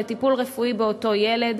לטיפול רפואי באותו ילד,